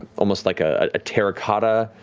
almost like a terracotta,